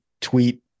tweet